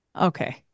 okay